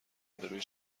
بروی